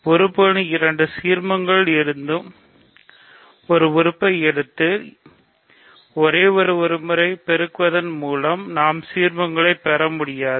உறுப்புகளின் இரண்டு சீர்மங்களில் இருந்தும் ஒரு உறுப்பை எடுத்து ஒரே ஒருமுறை பெருக்குவதன் மூலம் நாம் சீர்மங்களை பெறமுடியாது